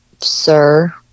Sir